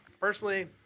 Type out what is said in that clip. personally